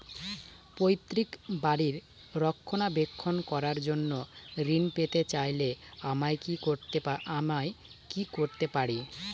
পৈত্রিক বাড়ির রক্ষণাবেক্ষণ করার জন্য ঋণ পেতে চাইলে আমায় কি কী করতে পারি?